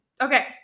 Okay